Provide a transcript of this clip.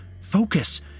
Focus